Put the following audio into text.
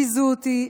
ביזו אותי,